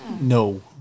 No